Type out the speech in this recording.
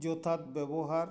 ᱡᱚᱛᱷᱟᱛ ᱵᱮᱵᱚᱦᱟᱨ